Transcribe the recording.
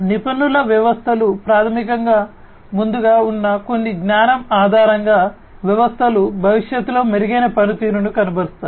నిపుణుల వ్యవస్థలు ప్రాథమికంగా ముందుగా ఉన్న కొన్ని జ్ఞానం ఆధారంగా వ్యవస్థలు భవిష్యత్తులో మెరుగైన పనితీరును కనబరుస్తాయి